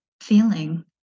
feeling